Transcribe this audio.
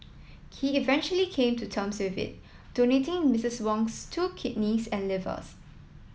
he eventually came to terms with it donating Misstress Wong's two kidneys and livers